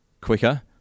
quicker